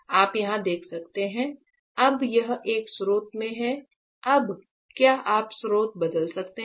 आप यहां देख सकते हैं अब यह एक स्रोत में है अब क्या आप स्रोत बदल सकते हैं